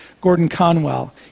Gordon-Conwell